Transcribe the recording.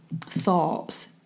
thoughts